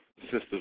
sisters